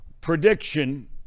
Prediction